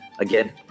Again